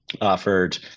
offered